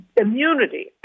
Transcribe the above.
immunity